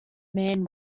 man